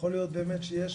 יכול להיות באמת שיש